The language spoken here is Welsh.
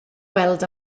weld